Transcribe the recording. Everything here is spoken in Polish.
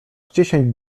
dziesięć